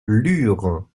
lure